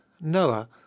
Noah